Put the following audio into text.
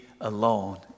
alone